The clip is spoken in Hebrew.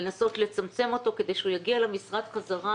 לנסות לצמצם אותו כדי שהוא יגיע למשרד חזרה